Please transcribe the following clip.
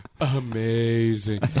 amazing